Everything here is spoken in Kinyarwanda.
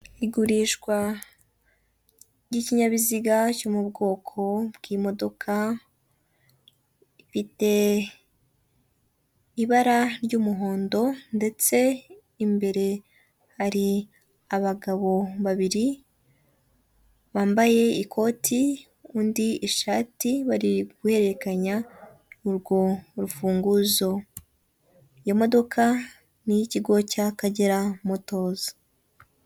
Igurishwa ry'ikinyabiziga cyo mu bwoko bw'imodoka ifite ibara ry'umuhondo ndetse imbere hari abagabo babiri bambaye ikoti, undi ishati bari guhererekanya urwo rufunguzo, iyo modoka n'iyikigo cyakagera motozi.